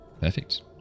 Perfect